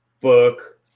Book